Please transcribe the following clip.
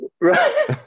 right